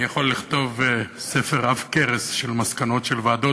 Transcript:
אני יכול לכתוב ספר עב-כרס של מסקנות של ועדות.